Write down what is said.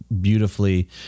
beautifully